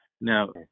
Now